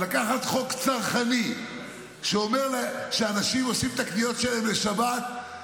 לקחת חוק צרכני שאומר שאנשים עושים את הקניות שלהם לשבת,